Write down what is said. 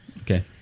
Okay